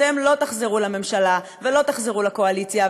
אתם לא תחזרו לממשלה ולא תחזרו לקואליציה,